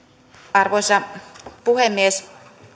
arvoisa puhemies